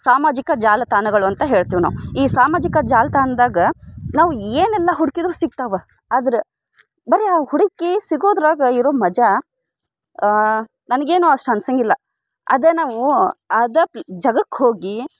ಸಾಮಾಜಿಕ ಜಾಲತಾಣಗಳು ಅಂತ ಹೇಳ್ತೀವಿ ನಾವು ಈ ಸಾಮಾಜಿಕ ಜಾಲತಾಣ್ದಾಗ ನಾವು ಏನೆಲ್ಲ ಹುಡುಕಿದ್ರು ಸಿಗ್ತಾವ ಆದ್ರೆ ಬರೀ ಅವು ಹುಡುಕಿ ಸಿಗೋದ್ರೊಳಗೆ ಇರೋ ಮಜಾ ನನ್ಗೆ ಏನೋ ಅಷ್ಟು ಅನ್ಸೋಂಗಿಲ್ಲ ಅದೇ ನಾವು ಆದಕ್ಲ್ ಜಾಗಕ್ಕೋಗಿ